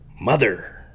Mother